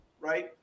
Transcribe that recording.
Right